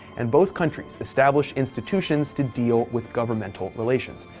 and both countries established institutions to deal with governmental relations.